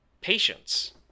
patience